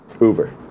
Uber